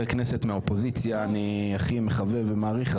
כנסת מהאופוזיציה אני הכי מחבב ומעריך,